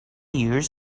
years